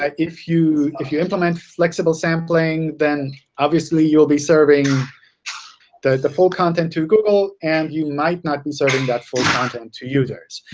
ah if you if you implement flexible sampling, then obviously you'll be serving the the full content to google and you might not be serving that full content to users.